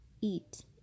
eat